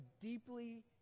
deeply